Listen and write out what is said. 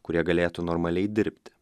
kurie galėtų normaliai dirbt